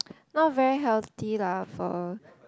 not very healthy lah for